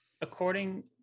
according